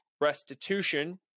restitution